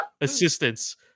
assistance